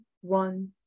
one